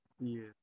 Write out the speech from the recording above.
Yes